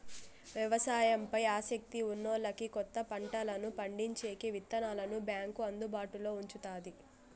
వ్యవసాయం పై ఆసక్తి ఉన్నోల్లకి కొత్త పంటలను పండించేకి విత్తనాలను బ్యాంకు అందుబాటులో ఉంచుతాది